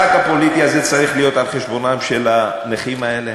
האם המשחק הפוליטי הזה צריך להיות על חשבונם של הנכים האלה?